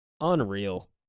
Unreal